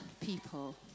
people